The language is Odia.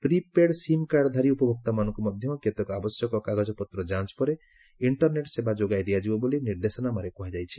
ପ୍ରିପେଡ୍ ସିମ୍କାର୍ଡଧାରୀ ଉପଭୋକ୍ତାମାନଙ୍କୁ ମଧ୍ୟ କେତେକ ଆବଶ୍ୟକ କାଗଜପତ୍ର ଯାଞ୍ଚ ପରେ ଇଷ୍ଟରନେଟ୍ ସେବା ଯୋଗାଇ ଦିଆଯିବ ବୋଲି ନିର୍ଦ୍ଦେଶାନାମାରେ କୁହାଯାଇଛି